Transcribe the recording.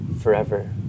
forever